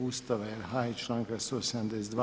Ustava RH i članka 172.